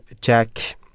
Jack